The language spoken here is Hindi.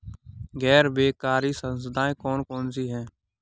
गैर बैंककारी संस्थाएँ कौन कौन सी हैं?